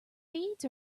deeds